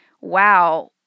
wow